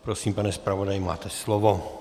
Prosím, pane zpravodaji, máte slovo.